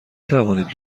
توانید